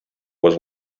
was